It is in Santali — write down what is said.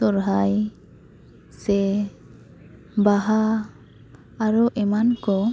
ᱥᱚᱦᱚᱨᱟᱭ ᱥᱮ ᱵᱟᱦᱟ ᱟᱨᱚ ᱮᱢᱟᱱ ᱠᱚ